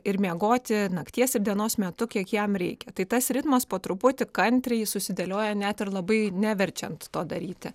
ir miegoti nakties ir dienos metu kiek jam reikia tai tas ritmas po truputį kantriai susidėlioja net ir labai neverčiant to daryti